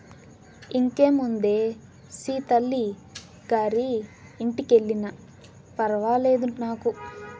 ఇంకేముందే సీతల్లి గారి ఇంటికెల్లినా ఫర్వాలేదు నాకు